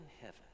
heaven